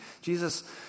Jesus